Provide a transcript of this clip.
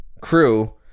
crew